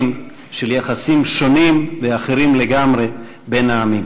של יחסים שונים ואחרים לגמרי בין העמים.